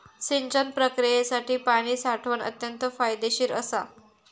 सिंचन प्रक्रियेसाठी पाणी साठवण अत्यंत फायदेशीर असा